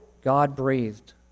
God-breathed